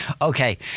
Okay